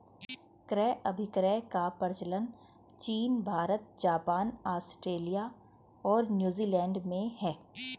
क्रय अभिक्रय का प्रचलन चीन भारत, जापान, आस्ट्रेलिया और न्यूजीलैंड में है